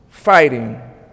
Fighting